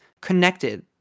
connected